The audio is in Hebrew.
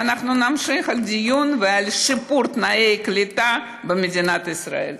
ואנחנו נמשיך את הדיון על שיפור תנאי הקליטה במדינת ישראל.